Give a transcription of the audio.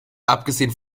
abgesehen